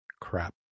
crap